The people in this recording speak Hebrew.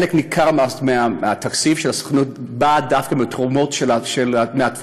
חלק ניכר מהתקציב של הסוכנות בא דווקא מתרומות מהתפוצות,